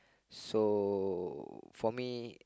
so for me